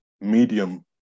medium